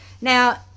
Now